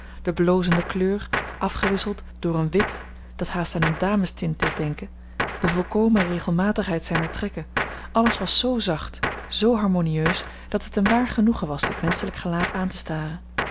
de blozende kleur afgewisseld door een wit dat haast aan een damestint deed denken de volkomen regelmatigheid zijner trekken alles was zoo zacht zoo harmonieus dat het een waar genoegen was dit menschelijk gelaat aan te staren